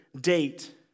date